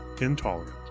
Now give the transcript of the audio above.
intolerant